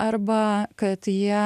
arba kad jie